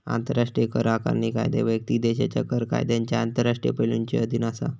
आंतराष्ट्रीय कर आकारणी कायदे वैयक्तिक देशाच्या कर कायद्यांच्या आंतरराष्ट्रीय पैलुंच्या अधीन असा